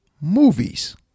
movies